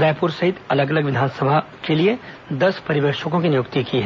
रायपुर सहित अलग अलग विधानसभा के लिए दस पर्यवेक्षकों की नियुक्ति की है